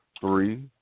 three